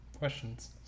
questions